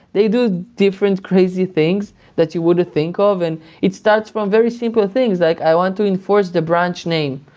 they do different crazy things that you wouldn't think of, and it starts from very simple things, like i want to enforce the branch name.